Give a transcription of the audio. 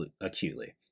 acutely